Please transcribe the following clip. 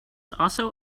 also